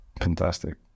Fantastic